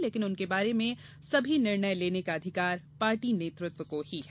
लेकिन उनके बारे में सभी निर्णय लेने का अधिकार पार्टी नेतृत्व को ही है